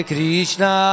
Krishna